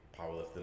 powerlifting